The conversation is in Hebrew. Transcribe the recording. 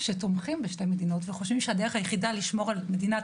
שתומכים בשתי מדינות וחושבים שהדרך היחידה לשמור על מדינת